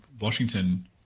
Washington